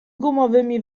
gumowymi